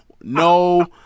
No